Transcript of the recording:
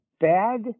bad